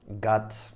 got